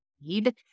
need